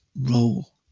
role